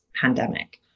pandemic